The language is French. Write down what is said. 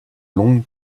longue